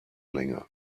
länger